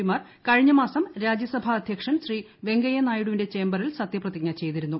പിമാർ കഴിഞ്ഞ മാസം രാജ്യസഭ അധ്യക്ഷൻ വെങ്കയ്യനായിഡുവിന്റെ ചേംബറിൽ സത്യപ്രതിജ്ഞ ചെയ്തിരുന്നു